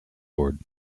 board